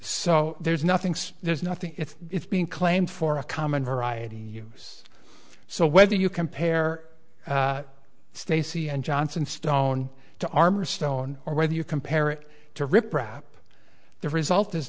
so there's nothing there's nothing if it's being claimed for a common variety use so whether you compare stacy and johnson stone to armor stone or whether you compare it to rip rap the result is